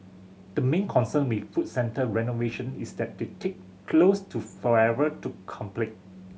the main concern with food centre renovation is that they take close to forever to complete